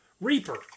Reaper